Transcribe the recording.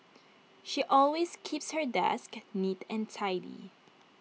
she always keeps her desk neat and tidy